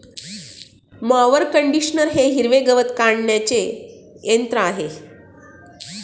mower conditioner हे हिरवे गवत काढणीचे यंत्र आहे